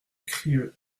crieu